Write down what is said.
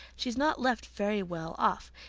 she's not left very well off.